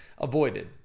avoided